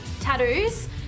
tattoos